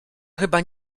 chyba